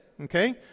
Okay